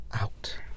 out